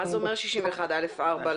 מה אומר סעיף 61(א)(4)?